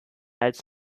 als